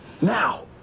Now